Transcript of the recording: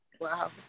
Wow